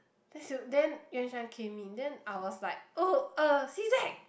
then Xiu then Yuan-Shan came in then I was like oh uh C_Z